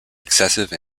excessive